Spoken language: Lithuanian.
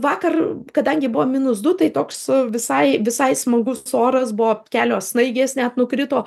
vakar kadangi buvo minus du tai toks visai visai smagus oras buvo kelios snaigės net nukrito